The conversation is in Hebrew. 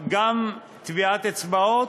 גם טביעת אצבעות.